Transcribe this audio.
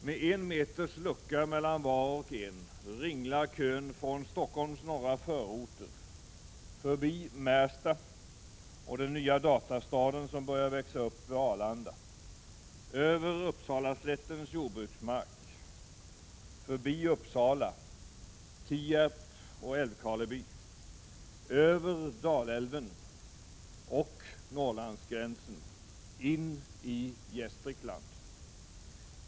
Med en meters lucka mellan var och en ringlar kön från Stockholms norra förorter, förbi Märsta och den nya datastaden som börjar växa upp vid Arlanda, över Uppsalaslättens jordbruksmark, förbi Uppsala, Tierp och Älvkarleby, över Dalälven och Norrlandsgränsen, in i Gästrikland.